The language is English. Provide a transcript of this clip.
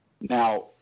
Now